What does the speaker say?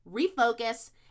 refocus